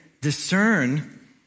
discern